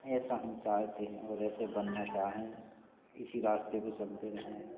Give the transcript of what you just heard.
ऐसा हम चाहते हैं और ऐसे बनना चाहें इसी रास्ते पर चलते रहें